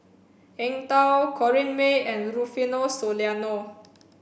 Eng Tow Corrinne May and Rufino Soliano